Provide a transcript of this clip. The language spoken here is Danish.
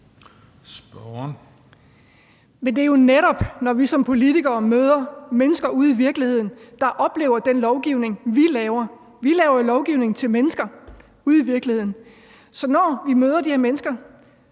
(RV): Men det er jo netop, når vi som politikere møder mennesker ude i virkeligheden, der oplever den lovgivning, vi laver. Vi laver jo lovgivning til mennesker ude i virkeligheden. Så når vi møder de mennesker